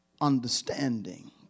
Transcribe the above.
understanding